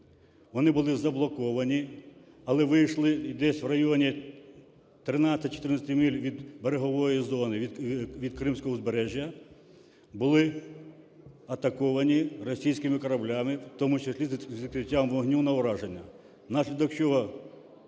вони були заблоковані, але вийшли десь в районі 13-14 миль від берегової зони від Кримського узбережжя, були атаковані російськими кораблями, в тому числі з відкриттям вогню на враження.